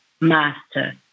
Master